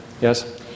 Yes